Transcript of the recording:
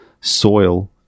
soil